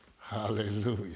Hallelujah